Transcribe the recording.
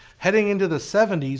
heading into the seventy s,